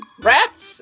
wrapped